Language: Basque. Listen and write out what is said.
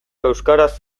euskaraz